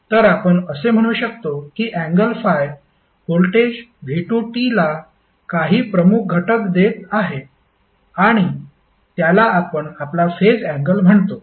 तर आपण असे म्हणू शकतो की अँगल ∅ व्होल्टेज v2t ला काही प्रमुख घटक देत आहे आणि त्याला आपण आपला फेज अँगल म्हणतो